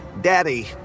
Daddy